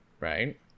Right